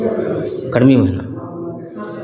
गर्मी महिनामे